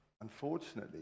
unfortunately